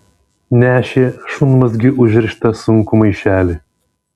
nešė šunmazgiu užrištą sunkų maišelį